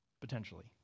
Potentially